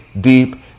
deep